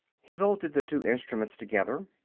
he bolted the two instruments together.